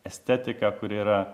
estetiką kuri yra